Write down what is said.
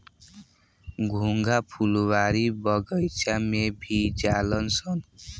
घोंघा फुलवारी बगइचा में भी हो जालनसन